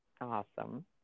Awesome